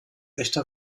echter